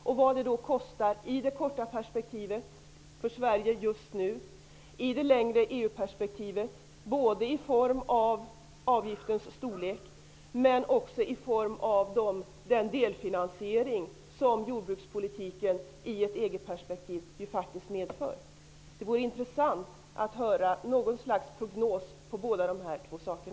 Vad kostar det för Sverige i det korta perspektivet och i det längre EU-perspektivet, både i form av avgiftens storlek och i form av den delfinansiering som jordbrukspolitiken i EG-perspektivet faktiskt medför? Det skulle vara intressant att höra något slags prognos i båda fallen.